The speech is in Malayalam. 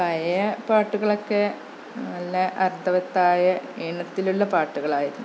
പഴയ പാട്ടുകളൊക്കെ നല്ല അര്ത്ഥവത്തായ ഈണത്തിലുള്ള പാട്ടുകളായിരുന്നു